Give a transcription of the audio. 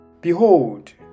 Behold